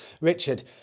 Richard